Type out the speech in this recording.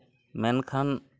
ᱢᱮᱱᱠᱷᱟᱱ